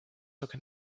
took